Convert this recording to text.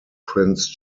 prince